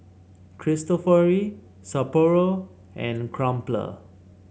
Cristofori Sapporo and Crumpler